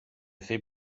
fait